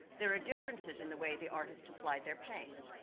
there are differences in the way the artist applied their paints.